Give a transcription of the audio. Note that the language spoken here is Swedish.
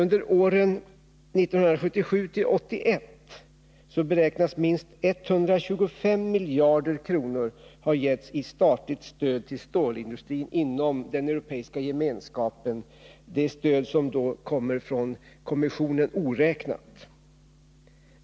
Under åren 1977-1981 beräknas minst 125 miljarder kronor ha getts i statligt stöd till stålindustrin inom Europeiska gemenskapen — det stöd som kommer från kommissionen oräknat.